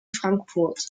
frankfurt